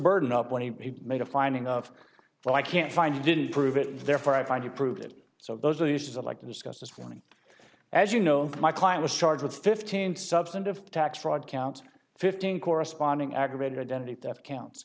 burden up when he made a finding of well i can't find you didn't prove it therefore i find you proved it so those are used to like to discuss this morning as you know my client was charged with fifteen substantive tax fraud count fifteen corresponding aggravated identity theft counts